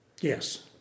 Yes